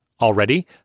Already